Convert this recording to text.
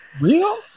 real